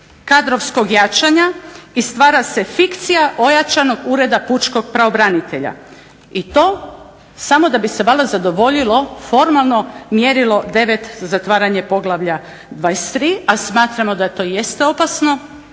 kadrovskog jačanja i stvara se fikcija ojačanog ureda pučkog pravobranitelja, i to samo da bi se valjda zadovoljilo formalno mjerilo 9., zatvaranje poglavlja 23., a smatramo da to jeste opasno,